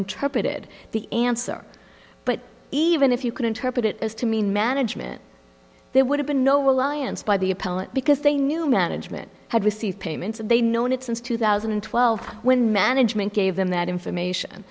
interpreted the answer but even if you could interpret it as to mean management there would have been no reliance by the appellant because they knew management had received payments and they known it since two thousand and twelve when management gave them that information